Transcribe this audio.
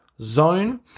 zone